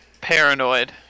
paranoid